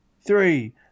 three